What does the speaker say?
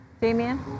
Damian